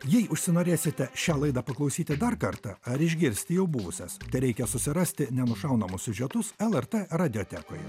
jei užsinorėsite šią laidą paklausyti dar kartą ar išgirsti jau buvusias tereikia susirasti nenušaunamus siužetus lrt radijotekoje